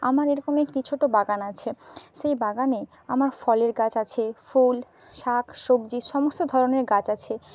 আমার এরকমই একটি ছোটো বাগান আছে সেই বাগানে আমার ফলের গাছ আছে ফুল শাক সবজি সমস্ত ধরনের গাছ আছে